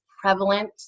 prevalent